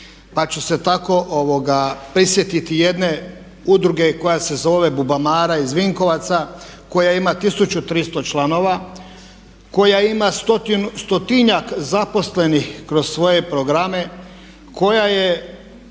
Pa ću se tako prisjetiti jedne udruge koja se zove „Bubamara“ iz Vinkovaca koja ima 1300 članova, koja ima stotinjak zaposlenih kroz svoje programe, koja je